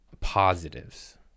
positives